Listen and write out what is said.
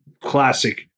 Classic